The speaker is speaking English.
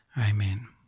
amen